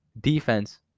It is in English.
defense